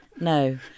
No